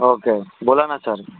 okay बोला ना sir